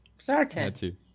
Zartan